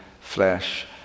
flesh